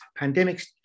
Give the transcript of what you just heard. pandemics